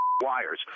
wires